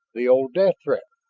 the old death threat,